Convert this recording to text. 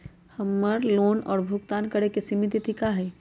हमर लोन भुगतान करे के सिमित तिथि का हई?